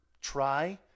try